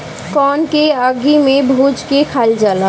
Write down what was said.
कोन के आगि में भुज के खाइल जाला